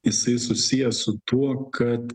jisai susijęs su tuo kad